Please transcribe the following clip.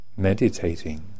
meditating